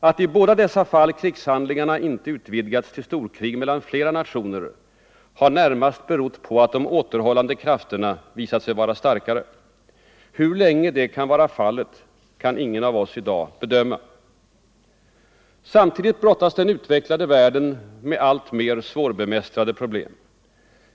Att i båda dessa fall krigshandlingarna inte utvidgats till storkrig mellan flera nationer har närmast berott på att de återhållande krafterna visat sig vara starkare. Hur länge så kan vara fallet kan ingen av oss i dag bedöma. Samtidigt brottas den utvecklade världen med alltmer svårbemästrade problem.